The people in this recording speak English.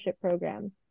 program